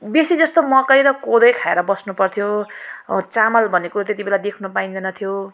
बेसी जस्तो मकै र कोदै खाएर बस्नु पर्थ्यो चामल भनेको त्यति बेला देख्नु पाइँदैन थियो